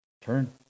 Turn